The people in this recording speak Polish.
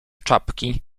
czapki